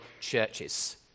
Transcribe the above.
churches